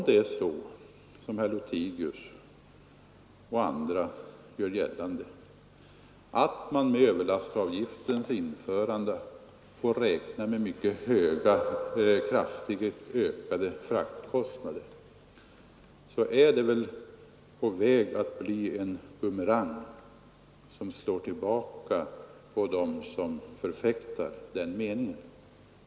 Herr Lothigius och andra gör gällande att vi med överlastavgiftens införande får räkna med kraftigt ökade fraktkostnader, men det är väl ett resonemang som kan bli en bumerang tillbaka till dem som förfäktar en sådan mening.